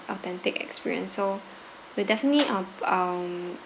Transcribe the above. authentic experience so we'll definitely um um